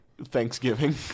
Thanksgiving